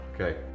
Okay